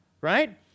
right